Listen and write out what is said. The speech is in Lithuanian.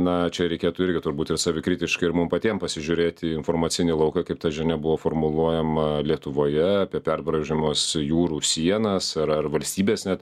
na čia reikėtų irgi turbūt ir savikritiškai ir mum patiem pasižiūrėti į informacinį lauką kaip ta žinia buvo formuluojama lietuvoje apie perbraižomas jūrų sienas ar ar valstybės net